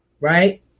Right